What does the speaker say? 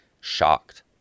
shocked